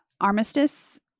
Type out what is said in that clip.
armistice